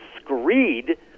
screed